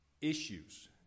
issues